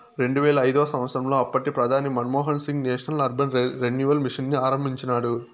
రెండువేల ఐదవ సంవచ్చరంలో అప్పటి ప్రధాని Manmohan Singh national urban renewal mission ని ఆరంభించినాడు